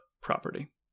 property